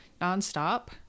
non-stop